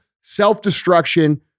self-destruction